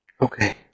Okay